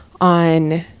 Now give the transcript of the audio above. on